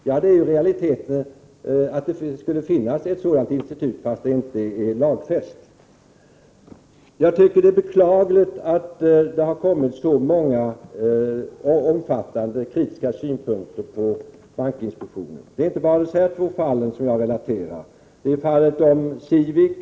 Det innebär ju i realiteten att det skulle finnas ett sådant institut fast det inte är lagfäst. Det är beklagligt att det har kommit så många och omfattande kritiska synpunkter på bankinspektionen. Detta gäller inte endast i de två fall som jag här relaterar utan även i fallet med Civic.